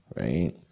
right